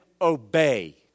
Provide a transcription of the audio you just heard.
obey